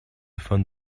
von